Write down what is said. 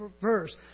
verse